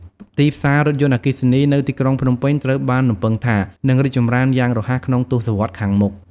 ទីផ្សាររថយន្តអគ្គីសនីនៅទីក្រុង ភ្នំពេញ ត្រូវបានរំពឹងថា នឹងរីកចម្រើនយ៉ាងរហ័សក្នុងទសវត្សរ៍ខាងមុខ។